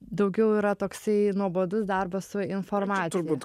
daugiau yra toksai nuobodus darbas su informacija